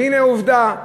והנה, עובדה.